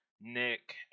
Nick